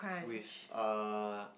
with err